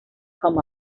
come